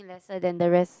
lesser than the rest